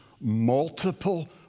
multiple